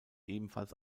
ebenfalls